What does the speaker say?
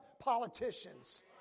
politicians